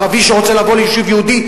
ערבי שרוצה לבוא ליישוב יהודי,